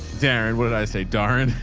darren, what did i say, darren?